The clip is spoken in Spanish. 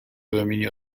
dominio